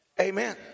Amen